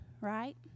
right